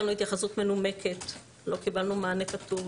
התייחסות מנומקת, לא קיבלנו מענה כתוב